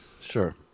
Sure